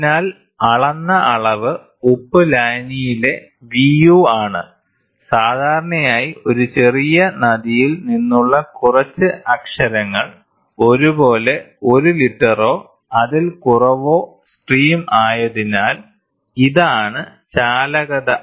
അതിനാൽ അളന്ന അളവ് ഉപ്പ് ലായനിയിലെ Vu ആണ് സാധാരണയായി ഒരു ചെറിയ നദിയിൽ നിന്നുള്ള കുറച്ച് അക്ഷരങ്ങൾ ഒരുപക്ഷേ 1 ലിറ്ററോ അതിൽ കുറവോ സ്ട്രീം ആയതിനാൽ ഇതാണ് ചാലകത